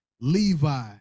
levi